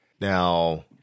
now